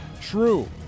true